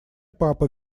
папа